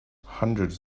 hundreds